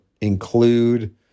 include